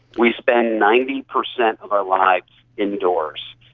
we spend ninety percent of our lives indoors,